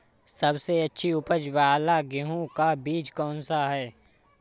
सबसे अच्छी उपज वाला गेहूँ का बीज कौन सा है?